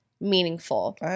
meaningful